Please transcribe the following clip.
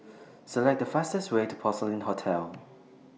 Select The fastest Way to Porcelain Hotel